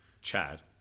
Chad